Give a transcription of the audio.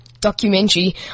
documentary